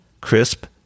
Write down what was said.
crisp